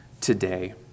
today